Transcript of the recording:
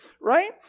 Right